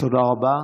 תודה רבה.